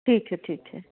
ठीक है ठीक है